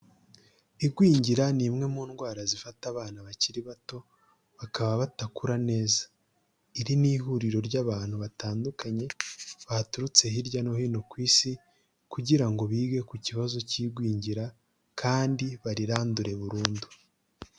Igwingira ni imwe mu ndwara zifata abana bakiri bato bakaba badakura neza, iri ni ihuriro ry'abantu batandukanye baturutse hirya no hino ku isi kugira ngo bige ku kibazo cy'igwingira kandi barirandure burundu.